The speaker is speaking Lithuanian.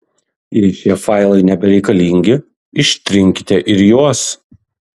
jei šie failai nebereikalingi ištrinkite ir juos